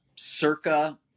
Circa